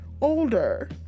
older